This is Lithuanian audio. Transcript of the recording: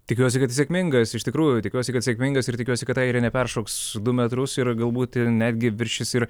tikiuosi kad sėkmingas iš tikrųjų tikiuosi kad sėkmingas ir tikiuosi kad airinė peršoks du metrus ir galbūt netgi viršys ir